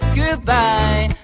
goodbye